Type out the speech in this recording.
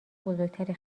بزرگتری